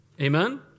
Amen